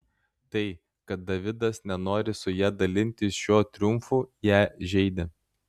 tai kad davidas nenori su ja dalintis šiuo triumfu ją žeidė